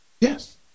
Yes